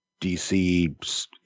DC